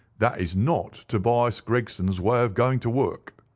that is not tobias gregson's way of going to work.